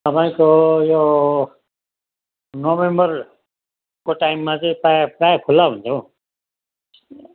तपाईँको यो नोभेम्बरको टाइममा चाहिँ प्रायः प्रायः खुल्ला हुन्छ हौ